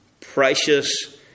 precious